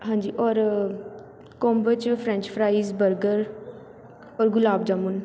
ਹਾਂਜੀ ਔਰ ਕੌਮਬੋ 'ਚ ਫਰੈਂਚ ਫਰਾਇਜ਼ ਬਰਗਰ ਔਰ ਗੁਲਾਬ ਜਾਮੁਨ